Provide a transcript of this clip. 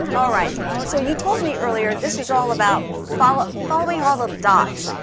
alright so you told me earlier, this is all about following following all the dots.